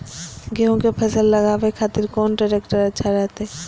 गेहूं के फसल लगावे खातिर कौन ट्रेक्टर अच्छा रहतय?